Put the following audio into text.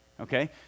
Okay